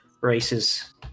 races